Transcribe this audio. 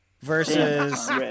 versus